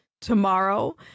tomorrow